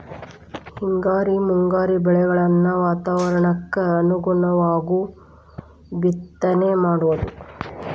ಹಿಂಗಾರಿ ಮುಂಗಾರಿ ಬೆಳೆಗಳನ್ನ ವಾತಾವರಣಕ್ಕ ಅನುಗುಣವಾಗು ಬಿತ್ತನೆ ಮಾಡುದು